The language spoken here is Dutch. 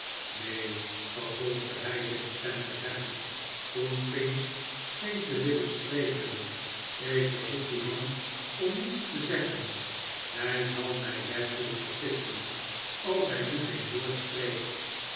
neen vervolgde hij zijn stem verheffend toen pinch scheen te willen spreken ik verzoek dien man om niets te zeggen hij zal mij werkelijk verplichten als hij nu geen woord spreekt